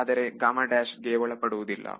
ಆದರೆ ಇದಕ್ಕೆ ಒಳಪಡುವುದಿಲ್ಲ